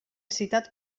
citat